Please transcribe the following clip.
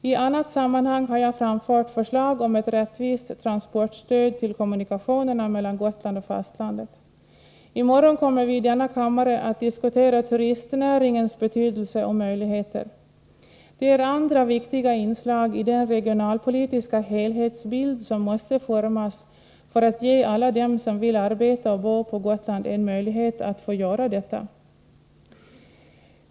I annat sammanhang har jag framfört förslag om ett rättvist transportstöd till kommunikationerna mellan Gotland och fastlandet. I morgon kommer vi i denna kammare att diskutera turistnäringens betydelse och möjligheter. Det är andra viktiga inslag i den regionalpolitiska helhetsbild som måste formas för att ge alla dem som vill arbeta och bo på Gotland en möjlighet att få göra detta.